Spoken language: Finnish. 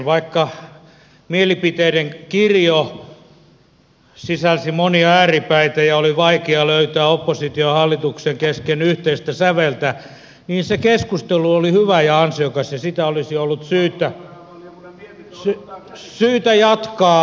vaikka mielipiteiden kirjo sisälsi monia ääripäitä ja oli vaikea löytää opposition ja hallituksen kesken yhteistä säveltä niin se keskustelu oli hyvä ja ansiokas ja sitä olisi ollut syytä jatkaa